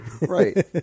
Right